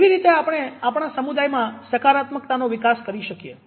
કેવી રીતે આપણે આપણા સમુદાયમાં સકારાત્મકનો વિકાસ કરી શકીએ